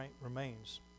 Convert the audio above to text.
remains